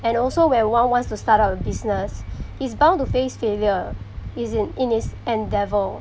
and also when one wants to start up a business he's bound to face failure he's in in his endeavour